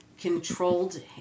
Controlled